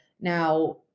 now